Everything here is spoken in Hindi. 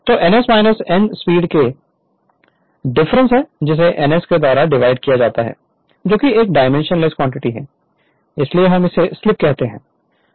तो ns n स्पीड के डिफरेंस है जिसे ns के द्वारा डिवाइड किया जाता है जोकि एक डाइमेंशनलेस क्वांटिटी है इसलिए हम उसे स्लिप कहते हैं